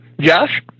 Josh